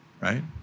right